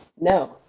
no